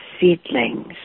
seedlings